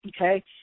Okay